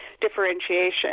differentiation